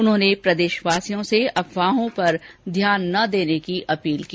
उन्होंने प्रदेशवासियों से अफवाहों पर ध्यान न देने की अपील की